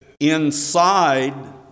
inside